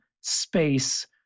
space